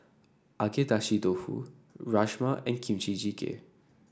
Agedashi Dofu Rajma and Kimchi Jjigae